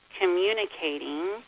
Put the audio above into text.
communicating